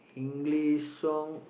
English song